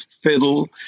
fiddle